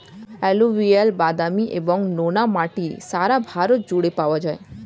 alluvial, বাদামি এবং নোনা মাটি সারা ভারত জুড়ে পাওয়া যায়